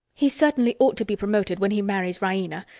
he certainly ought to be promoted when he marries raina.